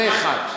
זה דבר אחד.